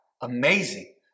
amazing